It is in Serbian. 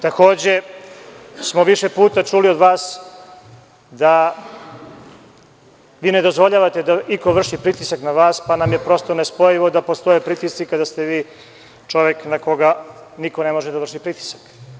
Takođe, više puta smo čuli od vas da vi ne dozvoljavate da iko vrši pritisak na vas, pa nam je prosto nespojivo da postoje pritisci kada ste vi čovek na koga niko ne može da vrši pritisak.